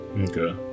okay